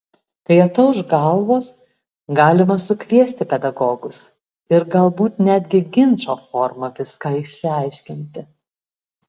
kai atauš galvos galima sukviesti pedagogus ir galbūt netgi ginčo forma viską išsiaiškinti